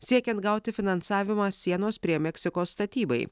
siekiant gauti finansavimą sienos prie meksikos statybai